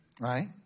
right